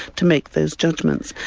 to make those judgments.